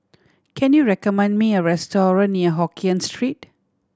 can you recommend me a restaurant near Hokien Street